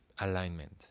alignment